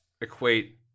equate